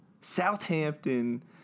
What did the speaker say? southampton